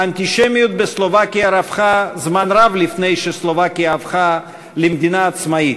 האנטישמיות בסלובקיה רווחה זמן רב לפני שסלובקיה הפכה למדינה עצמאית,